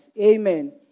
Amen